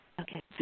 Okay